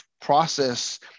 process